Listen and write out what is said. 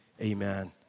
amen